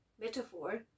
metaphor